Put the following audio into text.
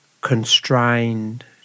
constrained